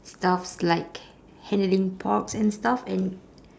stuffs like handling porks and stuff and